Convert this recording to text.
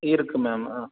இருக்குது மேம் ஆ